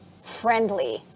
friendly